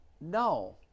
No